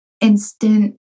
instant